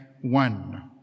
one